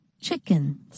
Chicken